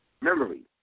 memory